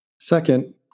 Second